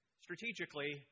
strategically